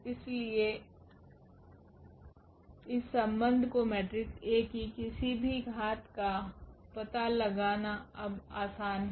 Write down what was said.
इसलिए इस संबंध को मेट्रिक्स A की किसी भी घात का पता लगाना अब आसान है